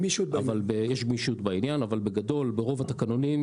יש גמישות בעניין אבל בגדול ברוב התקנונים,